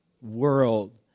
world